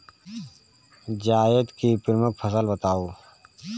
जायद की प्रमुख फसल बताओ